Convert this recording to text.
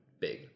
big